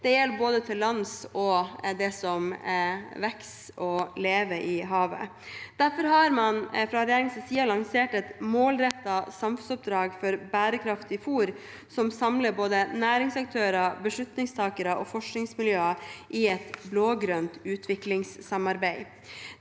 Det gjelder både til lands og for det som vokser og lever i havet. Derfor har man fra regjeringens side lansert et målrettet samfunnsoppdrag for bærekraftig fôr som samler både næringsaktører, beslutningstakere og forskningsmiljøer i et blå-grønt utviklingssamarbeid.